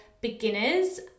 beginners